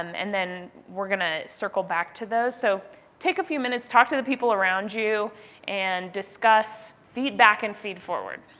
um and then we're going to circle back to those. so take a few minutes. talk to the people around you and discuss feedback and feed-forward.